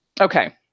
Okay